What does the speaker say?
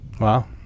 Wow